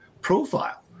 profile